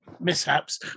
mishaps